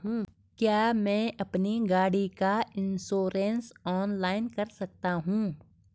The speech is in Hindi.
क्या मैं अपनी गाड़ी का इन्श्योरेंस ऑनलाइन कर सकता हूँ?